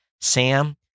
Sam